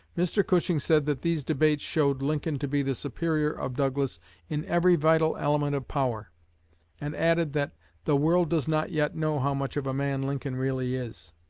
mr. cushing said that these debates showed lincoln to be the superior of douglas in every vital element of power and added that the world does not yet know how much of a man lincoln really is.